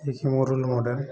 ମୋ role model